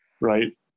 Right